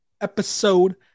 episode